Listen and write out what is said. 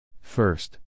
First